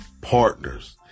partners